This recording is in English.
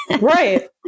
Right